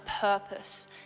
purpose